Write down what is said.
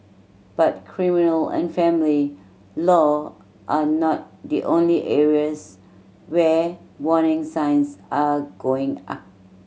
but criminal and family law are not the only areas where warning signs are going up